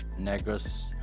Negros